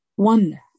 one